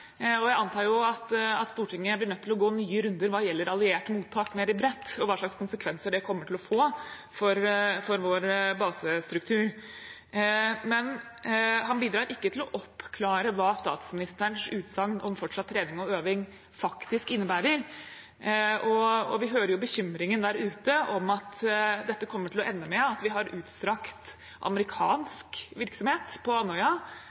og jeg antar at Stortinget blir nødt til å gå nye runder hva gjelder alliert mottak mer bredt, og hva slags konsekvenser det kommer til å få for vår basestruktur. Men han bidrar ikke til å oppklare hva statsministerens utsagn om fortsatt trening og øving faktisk innebærer, og vi hører bekymringen der ute om at dette kommer til å ende med at vi har utstrakt amerikansk virksomhet på Andøya,